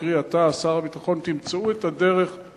קרי אתה ושר הביטחון או הרמטכ"ל,